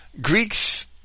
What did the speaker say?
Greeks